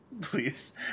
Please